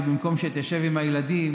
שבמקום שתשב עם הילדים,